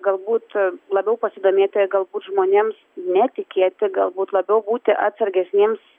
galbūt labiau pasidomėti galbūt žmonėms netikėti galbūt labiau būti atsargesniems